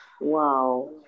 Wow